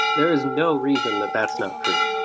there is no reason that that's not free.